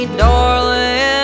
darling